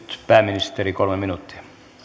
pääministeri kolme minuuttia